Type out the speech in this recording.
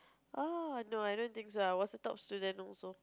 oh no I don't think so I was the top student also